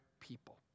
people